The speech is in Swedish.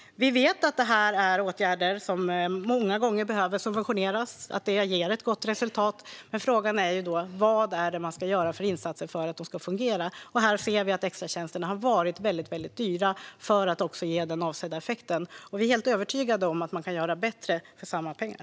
Vi vet att detta är åtgärder som många gånger behöver subventioneras och att det ger ett gott resultat. Men frågan är: Vad är det man ska göra för insatser för att det ska fungera? Vi ser att extratjänsterna har varit väldigt dyra för att kunna ge den avsedda effekten. Vi är helt övertygade om att man kan göra bättre för samma pengar.